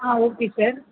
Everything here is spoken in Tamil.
ah okay sir